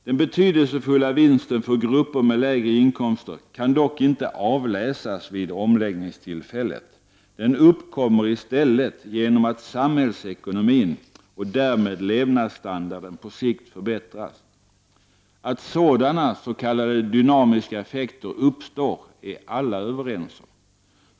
Den betydelsefulla vinsten för grupper med lägre inkomster kan dock inte avläsas vid omläggningstillfället. Den uppkommer i stället genom att samhällsekonomin, och därmed levnadsstandarden, på sikt förbättras. Att sådana s.k. dynamiska effekter uppstår är alla överens om.